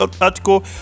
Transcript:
article